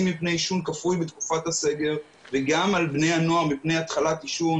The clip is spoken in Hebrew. מפני עישון כפוי בתקופת הסגר וגם על בני הנוער מפני התחלת עישון.